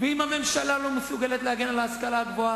ואם הממשלה לא מסוגלת להגן על ההשכלה הגבוהה,